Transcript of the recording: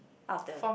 out of the